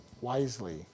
wisely